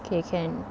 okay can